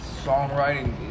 songwriting